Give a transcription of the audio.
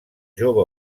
jove